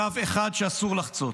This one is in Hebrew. קו אחד שאסור לחצות.